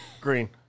Green